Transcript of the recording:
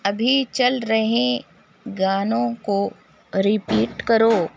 ابھی چل رہے گانوں کو رپیٹ کرو